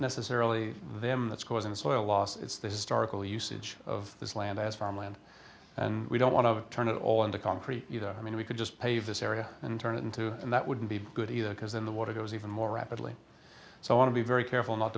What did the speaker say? necessarily them that's causing soil loss it's this starkly usage of this land as farmland and we don't want to turn it all into concrete either i mean we could just pave this area and turn it into and that wouldn't be good either because in the water goes even more rapidly so i want to be very careful not